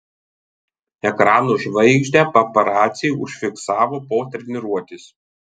ekranų žvaigždę paparaciai užfiksavo po treniruotės